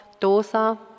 dosa